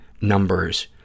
numbers